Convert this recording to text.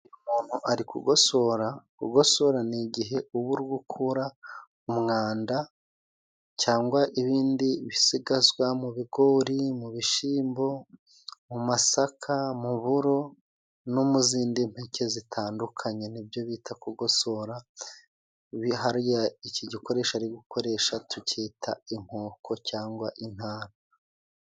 Umuntu ari kugosora ,kugosora ni igihe uba uri gukura umwanda cyangwa ibindi bisigazwa mu bigori, mu bishimbo, mu masaka, mu buro no mu zindi mpeke zitandukanye nibyo bita kugosora, biharya iki gikoresho ari gukoresha tucyita inkoko cyangwa intara.